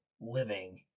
living